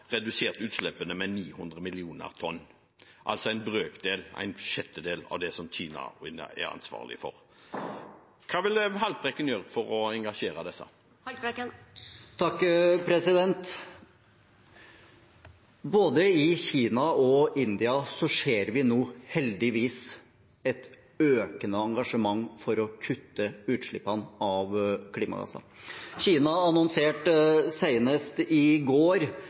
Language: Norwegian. redusert utslippene med 900 millioner tonn, altså en sjettedel av det som Kina og India er ansvarlige for. Hva vil representanten Haltbrekken gjøre for å ta tak i dette? Både i Kina og i India ser vi nå heldigvis et økende engasjement for å kutte utslippene av klimagasser. Kina annonserte senest i går